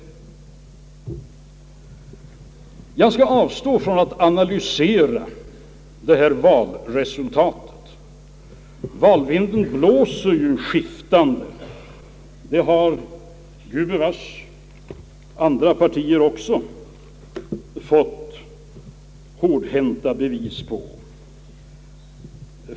Jag skall avstå från att analysera valresultatet. Valvinden skiftar ju — det har gudbevars också andra partier fått hårdhänta bevis för!